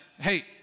hey